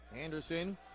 Anderson